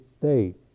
state